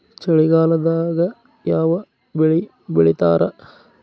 ಚಳಿಗಾಲದಾಗ್ ಯಾವ್ ಬೆಳಿ ಬೆಳಿತಾರ?